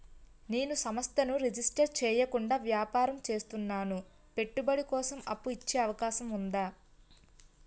నేను సంస్థను రిజిస్టర్ చేయకుండా వ్యాపారం చేస్తున్నాను పెట్టుబడి కోసం అప్పు ఇచ్చే అవకాశం ఉందా?